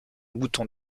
bouton